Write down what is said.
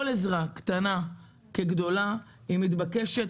כל עזרה קטנה כגדולה מתבקשת,